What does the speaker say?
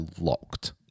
locked